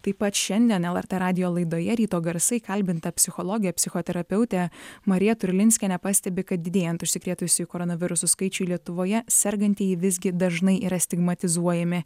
taip pat šiandien lrt radijo laidoje ryto garsai kalbinta psichologė psichoterapeutė marija turlinskienė pastebi kad didėjant užsikrėtusiųjų koronavirusu skaičiui lietuvoje sergantieji visgi dažnai yra stigmatizuojami